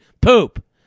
poop